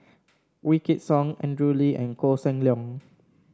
Wykidd Song Andrew Lee and Koh Seng Leong